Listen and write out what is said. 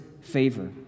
favor